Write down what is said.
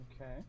Okay